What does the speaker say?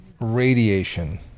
radiation